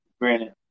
granted